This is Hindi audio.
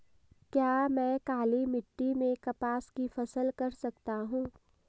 क्या मैं काली मिट्टी में कपास की फसल कर सकता हूँ?